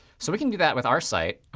so we can do that with our site.